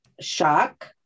shock